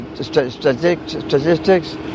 statistics